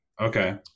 Okay